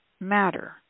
matter